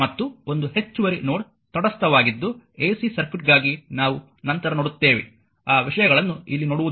ಮತ್ತು ಒಂದು ಹೆಚ್ಚುವರಿ ನೋಡ್ ತಟಸ್ಥವಾಗಿದ್ದು ಎಸಿ ಸರ್ಕ್ಯೂಟ್ಗಾಗಿ ನಾವು ನಂತರ ನೋಡುತ್ತೇವೆ ಆ ವಿಷಯಗಳನ್ನು ಇಲ್ಲಿ ನೋಡುವುದಿಲ್ಲ